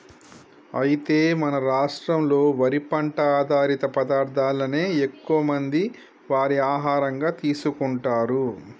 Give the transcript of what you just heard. అయితే మన రాష్ట్రంలో వరి పంట ఆధారిత పదార్థాలనే ఎక్కువ మంది వారి ఆహారంగా తీసుకుంటారు